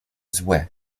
złe